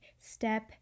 step